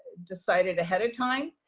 decided ahead of time.